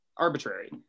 arbitrary